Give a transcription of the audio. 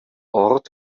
ort